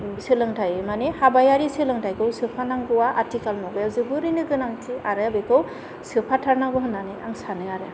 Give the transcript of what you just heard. सोलोंथाइ माने हाबायारि सोलोंथाइखौ सोखानांगौ आं आथिखालाव जोबोरैनो गोनांथि आरो बेखौ सोफाथारनांगौ होननानै आं सानो आरो